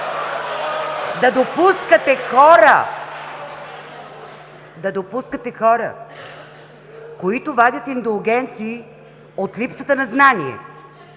да допускате хора, които водят индулгенции от липсата на знание